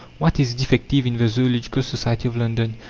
what is defective in the zoological society of london,